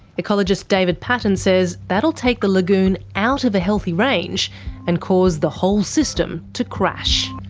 ecologist david paton says that'll take the lagoon out of a healthy range and cause the whole system to crash.